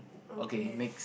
okay